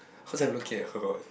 cause I'm look at her